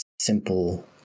simple